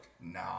No